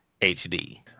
HD